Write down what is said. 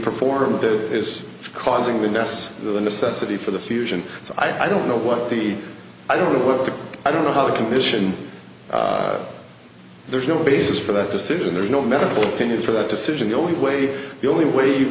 performed that is causing the yes the necessity for the fusion so i don't know what the i don't know what the i don't know how the commission there's no basis for that decision there's no medical opinion for that decision the only way the only way you